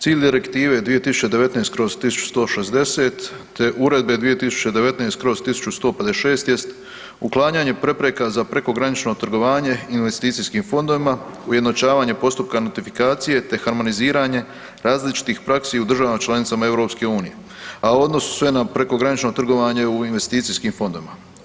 Cilj Direktive 2019/1160 te Uredbe 2019/1156 jest uklanjanje prepreka za prekogranično trgovanje investicijskim fondovima, ujednačavanje postupka notifikacije te harmoniziranje različitih praksi u državama članicama EU, a odnose se na prekogranično trgovanje u investicijskim fondovima.